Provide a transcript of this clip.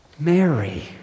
Mary